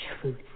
truth